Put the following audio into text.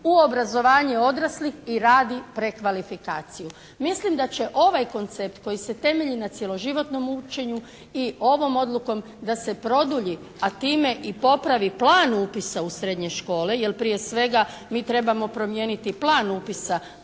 u obrazovanje odraslih i radi prekvalifikaciju. Mislim da će ovaj koncept koji se temelji na cjeloživotnom učenju i ovom odlukom da se produlji a time i popravi plan upisa u srednje škole, jer prije svega mi trebamo promijeniti plan upisa,